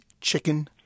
chicken